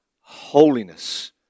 holiness